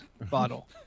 bottle